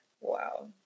Wow